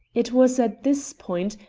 it was at this point,